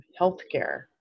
healthcare